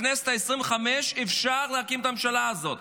בכנסת ה-25 אפשר להקים את הממשלה הזאת.